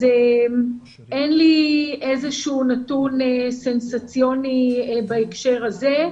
אין לי איזשהו נתון סנסציוני בהקשר הזה.